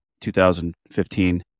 2015